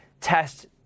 test